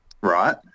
right